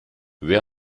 wer